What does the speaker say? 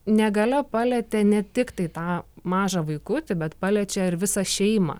negalia palietė ne tiktai tą mažą vaikutį bet paliečia ir visą šeimą